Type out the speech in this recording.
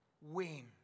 win